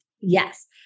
Yes